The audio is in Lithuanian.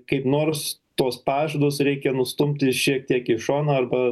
kaip nors tuos pažadus reikia nustumti šiek tiek į šoną arba